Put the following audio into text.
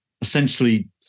essentially